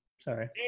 Sorry